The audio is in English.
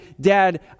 Dad